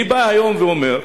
אני בא היום ואומר,